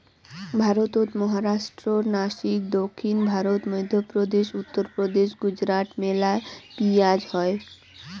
ভারতত মহারাষ্ট্রর নাসিক, দক্ষিণ ভারত, মইধ্যপ্রদেশ, উত্তরপ্রদেশ, গুজরাটত মেলা পিঁয়াজ হই